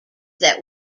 that